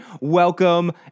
Welcome